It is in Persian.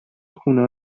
خونه